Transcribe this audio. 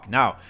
now